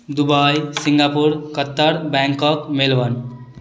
Dubai Singapore Qatar Bangkok Melbourne